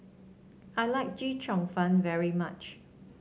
I like Chee Cheong Fun very much